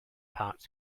parked